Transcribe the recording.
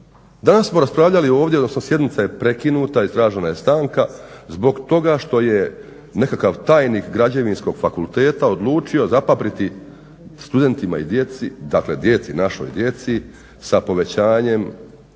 danas smo raspravljali ovdje, odnosno sjednica je prekinuta i tražena je stanka zbog toga što je nekakav tajnik Građevinskog fakulteta odlučio zapapriti studentima i djeci, dakle djeci, našoj djeci, sa povećanjem